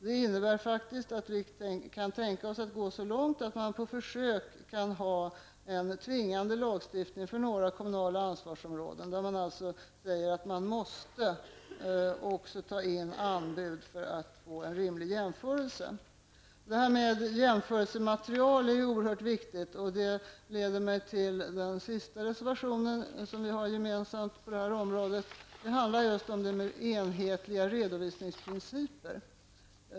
Det innebär att vi kan tänka oss att gå så långt att man på försök kan ha en tvingande lagstiftning för några kommunala ansvarsområden, där det alltså sägs att man måste ta in anbud för att få till stånd en rimlig jämförelse. Det här med jämförelsematerial är oerhört viktigt. Det leder mig till den sista gemensamma reservationen på det här området. Den handlar om enhetliga redovisningsprinciper.